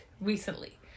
recently